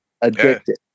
Addicted